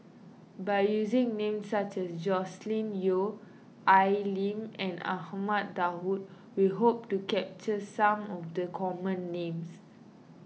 by using names such as Joscelin Yeo Al Lim and Ahmad Daud we hope to capture some of the common names